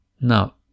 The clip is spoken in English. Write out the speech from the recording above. Now